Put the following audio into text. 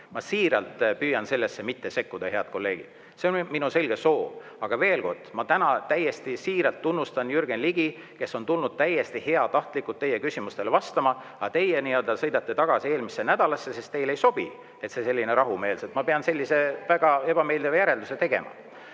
Ma siiralt püüan sellesse mitte sekkuda, head kolleegid. See on minu selge soov. Aga veel kord, ma täna täiesti siiralt tunnustan Jürgen Ligi, kes on tulnud heatahtlikult teie küsimustele vastama. Aga teie sõidate tagasi eelmisesse nädalasse, sest teile ei sobi selline rahumeelne [dispuut]. Ma pean sellise väga ebameeldiva järelduse tegema. Arvo